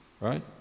right